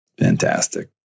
Fantastic